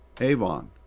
Avon